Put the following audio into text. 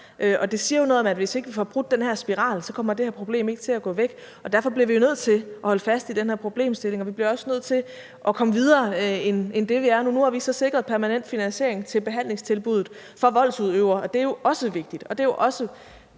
og det siger jo noget om, at hvis ikke vi får brudt den her spiral, kommer det her problem ikke til at gå væk. Derfor bliver vi jo nødt til at holde fast i den her problemstilling, og vi bliver også nødt til at komme videre end der, hvor vi er nu. Nu har vi så sikret permanent finansiering til behandlingstilbuddet for voldsudøvere, og det er jo også vigtigt – både i kroner